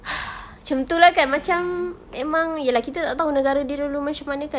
macam itu lah kan macam memang ya lah kita tak tahu negara dia dulu macam mana kan